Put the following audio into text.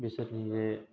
बिसोरनि बे